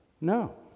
No